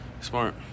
Smart